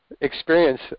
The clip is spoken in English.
experience